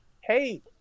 hey